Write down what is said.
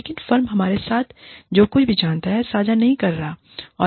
लेकिन फर्म हमारे साथ जो कुछ भी जानता है साझा नहीं कर रहा है